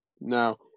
Now